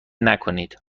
نکنید